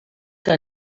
que